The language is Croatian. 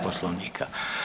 Poslovnika.